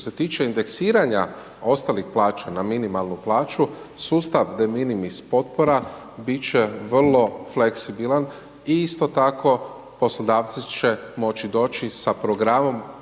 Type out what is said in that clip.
Što se tiče indeksiranja ostalih plaća na minimalnu plaću, sustav …/Govornik se ne razumije./… potpora biti će vrlo fleksibilan i isto tako poslodavci će moći doći sa programom